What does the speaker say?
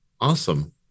awesome